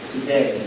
today